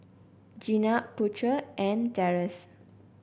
Jenab Putera and Deris